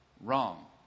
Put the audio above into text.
Wrong